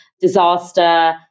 disaster